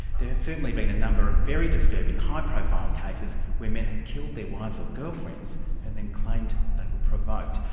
there have certainly been a number of very disturbing high profile cases where men have killed their wives or girlfriends and then claimed they were provoked.